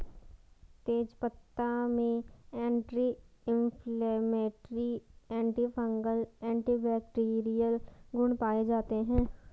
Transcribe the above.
तेजपत्ता में anti inflammatory, antifungal, antibacterial गुण पाये जाते है